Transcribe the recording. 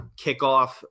kickoff